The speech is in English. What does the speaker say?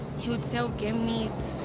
he'd sell game meat,